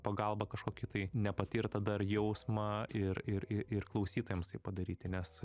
pagalba kažkokį tai nepatirtą dar jausmą ir ir ir ir klausytojams tai padaryti nes